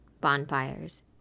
bonfires